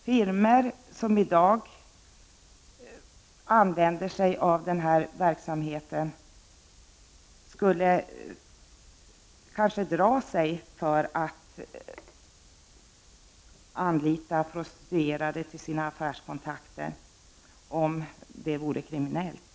Firmor som i dag utnyttjar prostituerade skulle kanske dra sig för att anlita dessa för sina affärskontakter om det vore kriminellt.